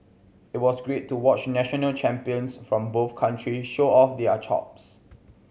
it was great to watch national champions from both country show off their chops